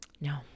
No